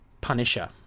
Punisher